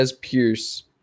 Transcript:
Pierce